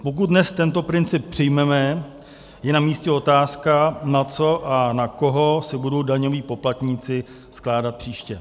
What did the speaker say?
Pokud dnes tento princip přijmeme, je namístě otázka, na co a na koho se budou daňoví poplatníci skládat příště.